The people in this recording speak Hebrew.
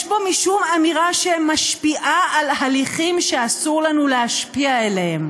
שיש בו משום אמירה שמשפיעה על הליכים שאסור לנו להשפיע עליהם.